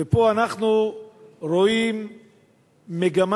ופה אנחנו רואים מגמה,